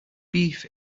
beef